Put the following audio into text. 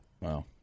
Wow